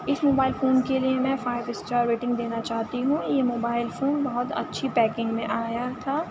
اس mobile phone کے لیے میں فائو اسٹار ریٹنگ دینا چاہتی ہوں اور یہ موبائل فون بہت اچھی پیکنگ میں آیا تھا